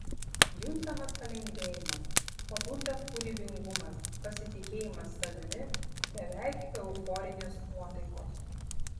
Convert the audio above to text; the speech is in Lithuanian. juntamas palengvėjimas pabunda kūrybingumas pasitikėjimas savimi beveik euforinės nuotaikos